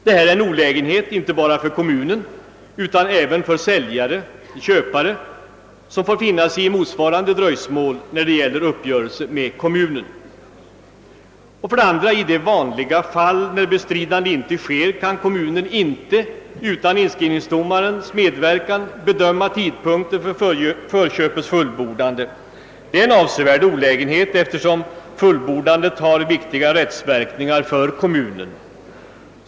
Detta är en olägenhet inte bara för kommunen utan också för säljare och köpare, som får finna sig i motsvarande dröjsmål när det gäller uppgörelse med kommunen. För det andra kan kommunen i de vanliga fall när bestridande inte sker inte utan inskrivningsdomarens medverkan bedöma tidpunkten för förköpets fullbordande. Det är en avsevärd olägenhet, eftersom fullbordandet har viktiga rättsverkningar för kommunen.